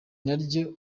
naryo